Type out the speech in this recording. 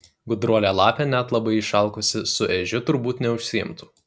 gudruolė lapė net labai išalkusi su ežiu turbūt neužsiimtų